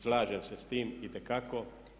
Slažem se s time itekako.